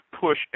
push